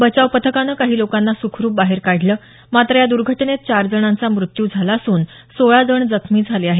बचाव पथकानं काही लोकांना सुखरूप बाहेर काढलं मात्र या दुर्घटनेत चार जणांचा मृत्यू झाला असून सोळा लोक जखमी झाले आहेत